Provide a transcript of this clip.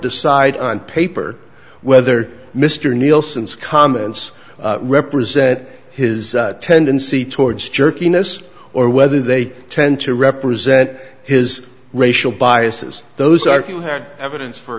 decide on paper whether mr nielsen's comments represent his tendency towards jerkiness or whether they tend to represent his racial biases those are few hard evidence for